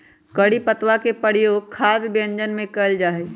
करी पत्तवा के प्रयोग खाद्य व्यंजनवन में कइल जाहई